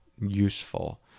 useful